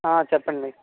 చెప్పండి